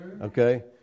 Okay